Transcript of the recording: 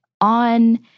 on